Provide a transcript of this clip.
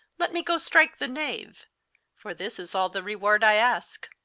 let me goe strike the knave for this is all the rewarde i aske.